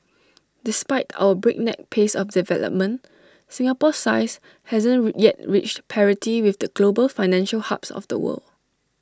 despite our breakneck pace of development Singapore's size hasn't yet reached parity with the global financial hubs of the world